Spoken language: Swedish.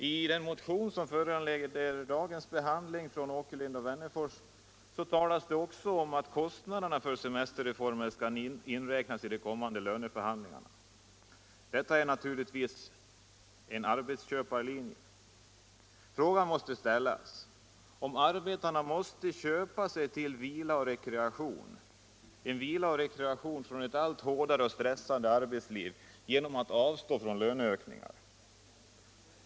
I den motion av herrar Åkerlind och Wennerfors som föranleder dagens behandling av frågan talas det också om att kostnaderna för semesterreformen skall inräknas vid de kommande löneförhandlingarna. Detta är naturligtvis en arbetsköparlinje. Frågan måste ställas, om arbetarna måste köpa sig till vila och rekreation — vila och rekreation från ett allt hårdare och allt mera stressande arbetsliv — genom att avstå från löneökningar.